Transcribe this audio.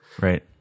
Right